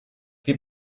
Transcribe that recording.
wir